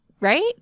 right